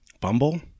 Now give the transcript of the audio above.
Bumble